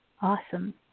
Awesome